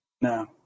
No